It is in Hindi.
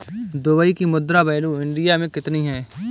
दुबई की मुद्रा वैल्यू इंडिया मे कितनी है?